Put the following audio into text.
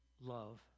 love